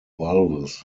valves